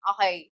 Okay